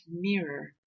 mirror